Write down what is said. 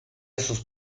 sus